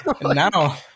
now